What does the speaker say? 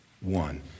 One